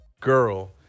girl